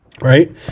right